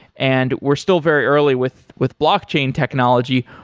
and we're still very early with with blockchain technology.